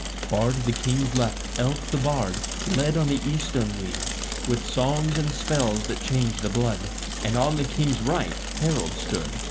far to the king's left elf the bard led on the eastern wing with songs and spells that change the blood and on the king's right harold stood,